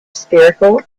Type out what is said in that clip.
spherical